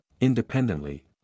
independently